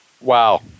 Wow